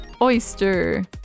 oyster